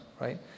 Right